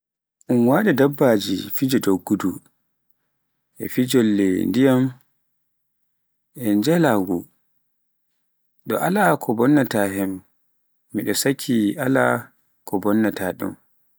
Un wada daabaaji fiji doggudu, e pijirlooji ndiyam, e njulaagu, ɗo alaa ko bonnata heen, miɗo sikki alaa ko bonnata ɗum.